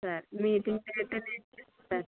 సరే మీటింగ్ అయితే నేను చెప్తాను